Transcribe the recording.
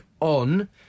on